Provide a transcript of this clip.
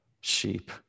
Sheep